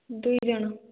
ଦୁଇ ଜଣ